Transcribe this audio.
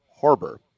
Harbor